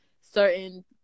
certain